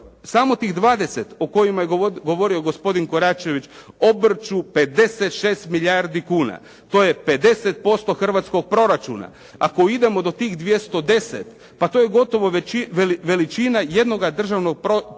samo tih 20 o kojima je govorio gospodin Koračević, obrću 56 milijardi kuna, to je 50% hrvatskog proračuna. Ako idemo do tih 210 pa to je gotovo veličina jednoga državnoga proračuna.